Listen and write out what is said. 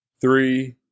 three